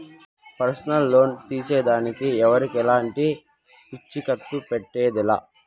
personal loan తీసేదానికి ఎవరికెలంటి పూచీకత్తు పెట్టేదె లా